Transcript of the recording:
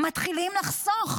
מתחילים לחסוך,